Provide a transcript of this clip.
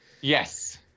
Yes